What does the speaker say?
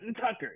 Tucker